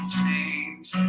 change